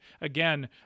again